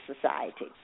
Society